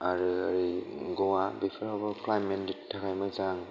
आरो ओरै गया बेफोरावबो क्लाइमेटनि थाखाय मोजां